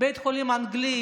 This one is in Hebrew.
בבית החולים האנגלי,